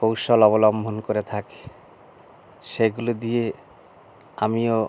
কৌশল অবলম্বন করে থাকি সেগুলো দিয়ে আমিও